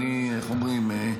איך אומרים,